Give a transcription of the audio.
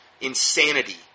insanity